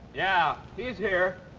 yeah, he's here.